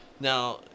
Now